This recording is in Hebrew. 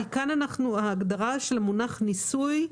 ההגדרה של המונח ניסוי,